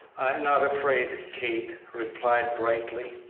i'm not afraid, kate replied, brightly.